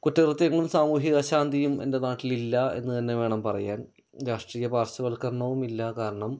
കുറ്റ കൃത്യങ്ങളും സാമൂഹ്യ അശാന്തിയും എൻ്റെ നാട്ടിലില്ല എന്ന് തന്നെ വേണം പറയാൻ രാഷ്ട്രീയ പാർശ്വവൽക്കരണവും ഇല്ല കാരണം